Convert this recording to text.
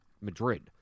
Madrid